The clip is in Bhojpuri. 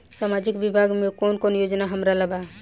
सामाजिक विभाग मे कौन कौन योजना हमरा ला बा?